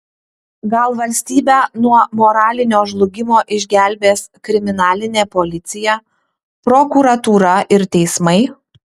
gal valstybę nuo moralinio žlugimo išgelbės kriminalinė policija prokuratūra ir teismai